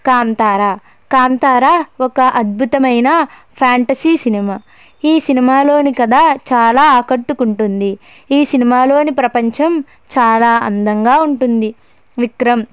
కాంతారా కాంతారా ఒక అద్భుతమైన ఫాంటసీ సినిమా ఈ సినిమాలోని కథ చాలా ఆకట్టుకుంటుంది ఈ సినిమా లోని ప్రపంచం చాల అందంగా ఉంటుంది విక్రమ్